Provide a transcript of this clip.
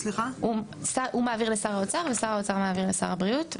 הוא מעביר לשר האוצר ושר האוצר מעביר לשר הבריאות.